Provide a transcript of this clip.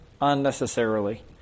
unnecessarily